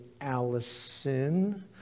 Allison